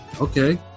Okay